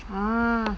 ah